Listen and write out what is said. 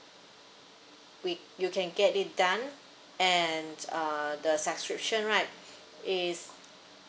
we you can get it done and uh the subscription right is